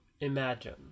imagine